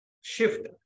Shift